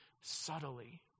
subtly